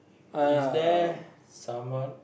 is there someone